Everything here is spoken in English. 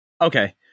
Okay